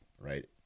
Right